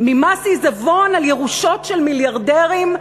ממס עיזבון על ירושות של מיליארדרים?